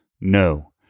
No